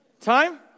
Time